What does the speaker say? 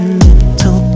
mental